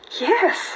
Yes